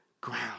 ground